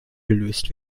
gelöst